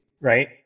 Right